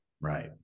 Right